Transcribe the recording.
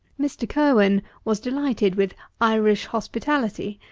mr. curwen was delighted with irish hospitality,